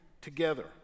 together